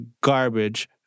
garbage